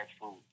food